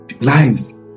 lives